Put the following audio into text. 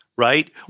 right